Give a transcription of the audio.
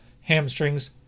hamstrings